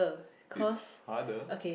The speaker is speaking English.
it's harder